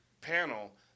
panel